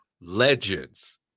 legends